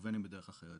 או בין אם בדרך אחרת".